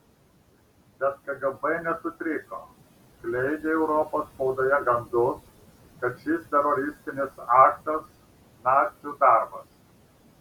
bet kgb nesutriko skleidė europos spaudoje gandus kad šis teroristinis aktas nacių darbas